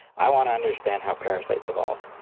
i want to understand how parasites evolve.